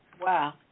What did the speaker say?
wow